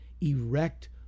erect